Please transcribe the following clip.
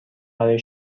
برای